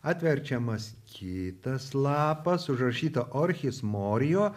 atverčiamas kitas lapas užrašyta orchis morio